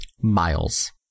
Miles